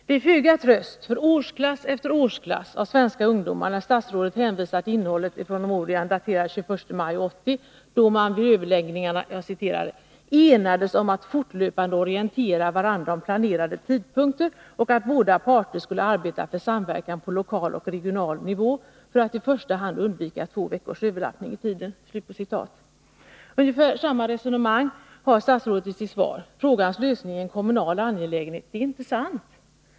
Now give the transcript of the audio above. Det är föga tröst för årsklass efter årsklass av svenska ungdomar när statsrådet hänvisar till innehållet i promemorian daterad den 21 maj 1980, då man vid överläggningarna ”enades om att fortlöpande orientera varandra om planerade tidpunkter och att båda parter skulle arbeta för samverkan på lokal och regional nivå för att i första hand undvika två veckors överlappning i tiden”. Ungefär samma resonemang har statsrådet i sitt svar. Frågans lösning är en kommunal angelägenhet. Det är inte sant.